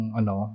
ano